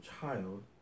child